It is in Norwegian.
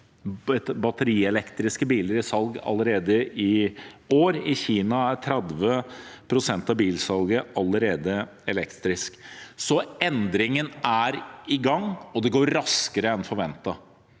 batterielektriske biler i salg allerede i år, og i Kina er 30 pst. av bilsalget allerede elektrisk. Så endring en er i gang, og det går raskere enn forventet.